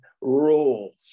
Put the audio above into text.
rules